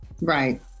Right